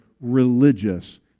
religious